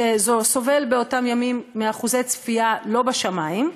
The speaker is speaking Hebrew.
שסבל באותם ימים מאחוזי צפייה לא בשמים,